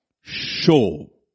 Show